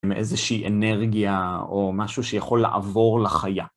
מאיזושהי אנרגיה או משהו שיכול לעבור לחיה.